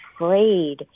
afraid